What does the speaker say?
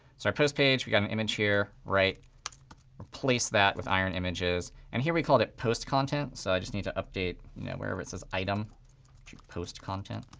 so our post page, we got an image here. replace that with iron images. and here we called it post content, so i just need to update wherever it says item post content.